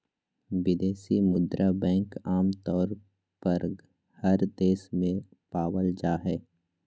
विदेशी मुद्रा बैंक आमतौर पर हर देश में पावल जा हय